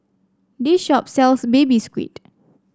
this shop sells Baby Squid